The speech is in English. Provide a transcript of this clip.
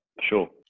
Sure